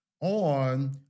on